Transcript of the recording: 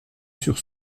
sur